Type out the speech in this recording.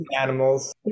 Animals